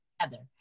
together